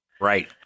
Right